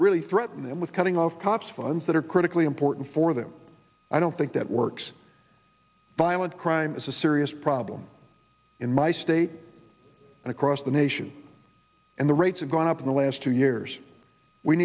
really threaten them with cutting off cops funds that are critically important for them i don't think that works by a lot crime is a serious problem in my state and across the nation and the rates have gone up in the last two years we